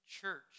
Church